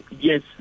yes